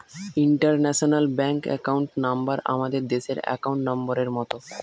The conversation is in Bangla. ইন্টারন্যাশনাল ব্যাংক একাউন্ট নাম্বার আমাদের দেশের একাউন্ট নম্বরের মত